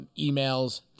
emails